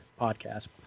Podcast